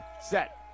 Set